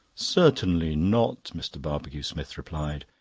certainly not, mr. barbecue-smith replied,